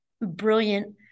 brilliant